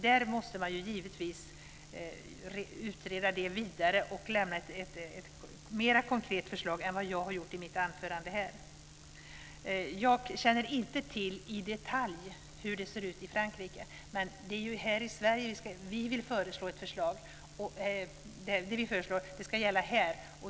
Det måste man givetvis utreda vidare och lämna ett mer konkret förslag än vad jag har gjort i mitt anförande. Jag känner inte till i detalj hur det ser ut i Frankrike, men det vi föreslår ska gälla här.